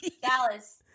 Dallas